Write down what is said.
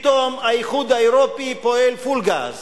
פתאום האיחוד האירופי פועל "פול גז".